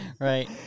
right